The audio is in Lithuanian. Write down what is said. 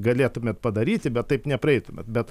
galėtumėt padaryti bet taip nepraeitumėt bet